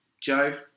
Joe